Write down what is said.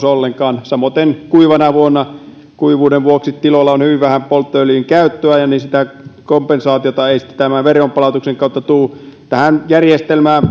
ollenkaan samoiten kuivana vuonna kuivuuden vuoksi tiloilla on hyvin vähän polttoöljyn käyttöä jolloin sitä kompensaatiota ei sitten tämän veronpalautuksen kautta tule tähän järjestelmään